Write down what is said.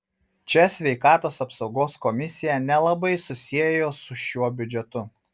čia sveikatos apsaugos komisija nelabai susiejo su šiuo biudžetu